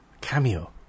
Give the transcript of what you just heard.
Cameo